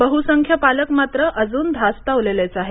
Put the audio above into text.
बहुसंख्य पालक मात्र अजून धास्तावलेलेच आहेत